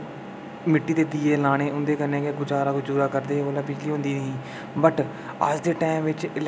मिट्टी दे दीये लाने उं'दे कन्नै गै गुजारा गजूरा करदे हे ओल्लै बिजली बुजली होंदी निं ही वट् अज्ज दे टैम बिच इलेक्ट्रिसिटी जेल्लै अवि अविष्कार होया